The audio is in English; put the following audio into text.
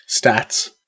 stats